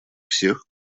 всех